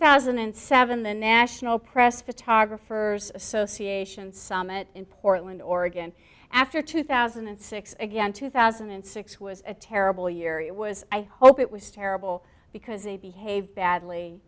thousand and seven the national press photographers association summit in portland oregon after two thousand and six again two thousand and six was a terrible year it was i hope it was terrible because they behave badly